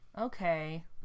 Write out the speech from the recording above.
Okay